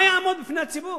מה יעמוד בפני הציבור?